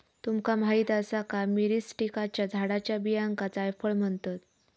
तुमका माहीत आसा का, मिरीस्टिकाच्या झाडाच्या बियांका जायफळ म्हणतत?